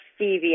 stevia